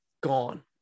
Gone